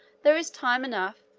there is time enough.